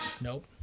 Nope